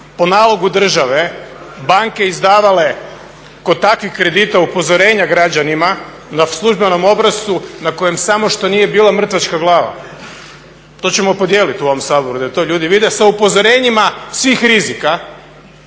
po nalogu države banke izdavale kod takvih kredita upozorenja građanima na službenom obrascu na kojem samo što nije bila mrtvačka glava. To ćemo podijelit u ovom Saboru da to ljudi vide, sa upozorenjima svih rizika,